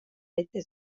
bete